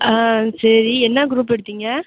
சரி என்ன குரூப் எடுத்தீங்க